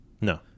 No